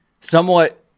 somewhat